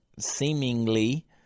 Seemingly